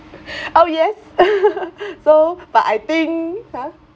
oh yes so but I think !huh!